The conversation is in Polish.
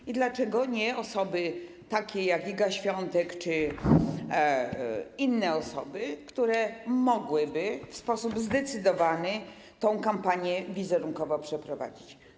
I dlaczego nie osoby takie jak Iga Świątek czy inne osoby, które mogłyby w sposób zdecydowany tę kampanię wizerunkową przeprowadzić?